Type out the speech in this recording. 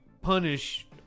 punish